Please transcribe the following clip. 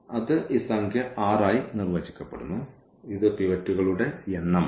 അത് ഈ സംഖ്യ r ആയി നിർവചിക്കപ്പെടുന്നു ഇത് പിവറ്റുകളുടെ എണ്ണമാണ്